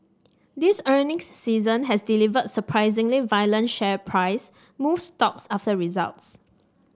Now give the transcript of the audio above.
this earnings season has delivered surprisingly violent share price moves stocks after results